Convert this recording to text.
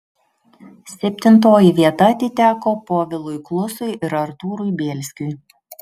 septintoji vieta atiteko povilui klusui ir artūrui bielskiui